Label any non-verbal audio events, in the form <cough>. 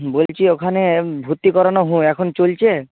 বলছি ওখানে ভর্তি করানো <unintelligible> এখন চলছে